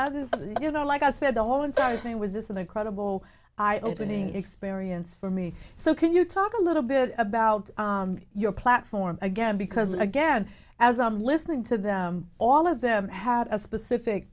if you know like i said the whole entire thing was just an incredible eye opening experience for me so can you talk a little bit about your platform again because again as i'm listening to them all of them have a specific